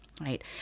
right